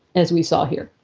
as we saw here.